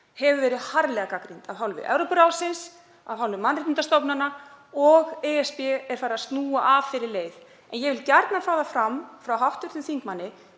hefur verið harðlega gagnrýnd af hálfu Evrópuráðsins, af hálfu mannréttindastofnana og ESB er farið að snúa af þeirri leið. En ég vil gjarnan fá það fram frá hv. þingmanni